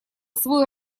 свой